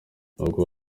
n’ubwo